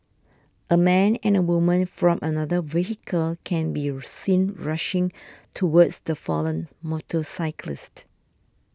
a man and a woman from another vehicle can be seen rushing towards the fallen motorcyclist